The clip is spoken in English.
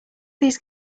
these